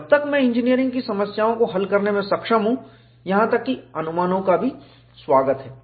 जब तक मैं इंजीनियरिंग की समस्याओं को हल करने में सक्षम हूं यहां तक कि अनुमानोंअप्प्रोक्सिमेशंस का भी स्वागत है